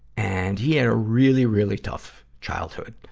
and he had a really, really tough childhood.